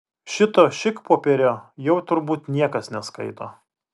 šito šikpopierio jau turbūt niekas neskaito